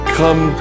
come